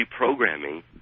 reprogramming